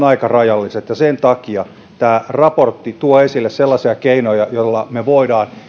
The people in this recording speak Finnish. aika rajalliset ja sen takia tämä raportti tuo esille sellaisia keinoja joilla me voimme puuttua